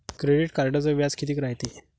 Credit कार्डचं व्याज कितीक रायते?